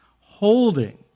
holding